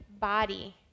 body